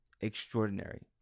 extraordinary